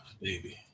baby